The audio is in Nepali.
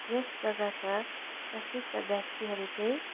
यस जगाका प्रसिद्ध व्यक्तिहरू चाहिँ